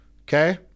okay